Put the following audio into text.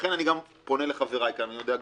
ולכן אני גם פונה לחבריי כאן, אני יודע גם,